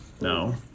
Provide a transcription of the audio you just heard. No